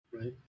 Right